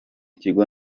kigo